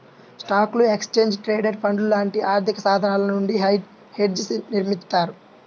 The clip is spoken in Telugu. స్టాక్లు, ఎక్స్చేంజ్ ట్రేడెడ్ ఫండ్లు లాంటి ఆర్థికసాధనాల నుండి హెడ్జ్ని నిర్మిత్తారు